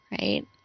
right